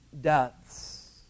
deaths